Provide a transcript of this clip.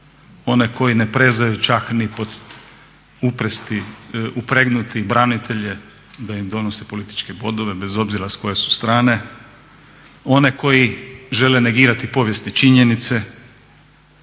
one koji ne prežu čak ni upregnuti branitelje da im donose političke bodove bez obzira s koje su strane, oni koji žele negirati povijesne činjenice,